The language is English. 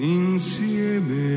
insieme